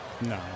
No